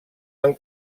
del